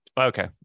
Okay